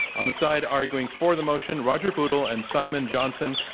on the side arguing for the motion, roger bootle and simon johnson.